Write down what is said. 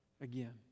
again